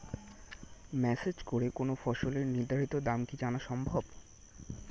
Message করে কোন ফসলের নির্ধারিত দাম কি জানা সম্ভব?